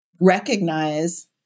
recognize